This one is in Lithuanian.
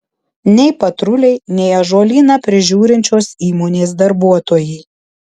nei patruliai nei ąžuolyną prižiūrinčios įmonės darbuotojai